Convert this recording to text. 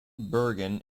bergen